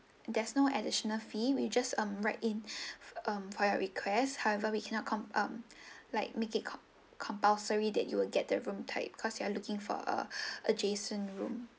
there's no additional fee we just um write in um for your request however we cannot com~ um like make it com~ compulsory that you will get the room type cause you are looking for ah adjacent room